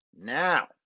Now